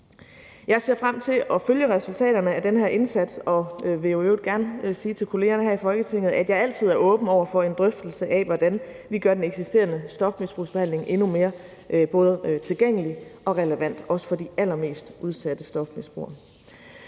Jeg ser frem til at følge resultaterne af den her indsats og vil jo i øvrigt gerne sige til kollegaerne her i Folketinget, at jeg altid er åben over for en drøftelse af, hvordan vi gør den eksisterende stofmisbrugsbehandling endnu mere både tilgængelig og relevant også for de allermest udsatte stofmisbrugere.